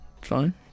fine